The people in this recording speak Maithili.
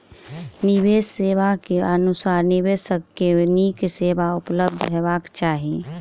निवेश सेवा के अनुसार निवेशक के नीक सेवा उपलब्ध हेबाक चाही